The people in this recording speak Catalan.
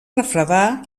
refredar